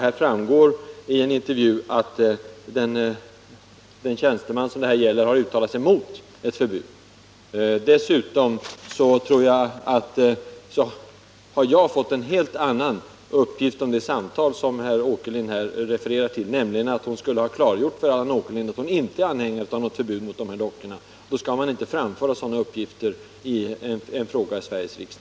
Den innehåller en intervju, varav framgår att den tjänsteman det här gäller har uttalat sig mot ett förbud. Dessutom har jag fått en helt annan uppgift om det samtal som herr Åkerlind här refererar till, nämligen att tjänstemannen skulle ha klargjort för Allan Åkerlind att hon inte är anhängare av något förbud mot de här dockorna. Då skall man inte framföra sådana uppgifter i en fråga i Sveriges riksdag.